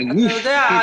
--- אתה יודע,